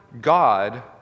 God